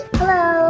Hello